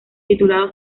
titulado